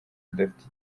udafite